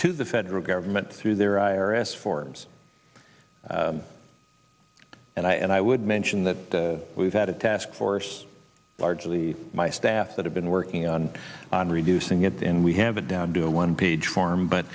to the federal government through their i r s forms and i and i would mention that we've had a taskforce largely my staff that have been working on on reducing it and we have a down to a one page form but